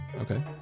Okay